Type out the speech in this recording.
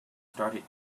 started